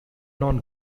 known